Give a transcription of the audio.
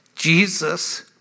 Jesus